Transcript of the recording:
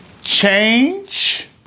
change